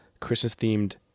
Christmas-themed